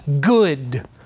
good